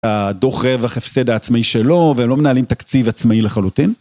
הדו"ח רווח הפסד העצמאי שלו והם לא מנהלים תקציב עצמאי לחלוטין.